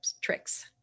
Tricks